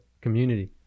community